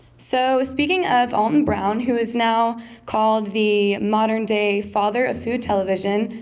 so speaking of alton brown, who is now called the modern-day father of food television,